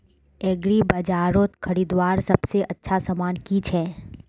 एग्रीबाजारोत खरीदवार सबसे अच्छा सामान की छे?